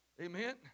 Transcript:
Amen